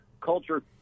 culture